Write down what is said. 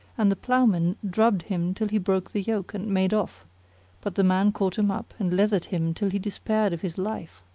and the ploughman drubbed him till he broke the yoke and made off but the man caught him up and leathered him till he despaired of his life.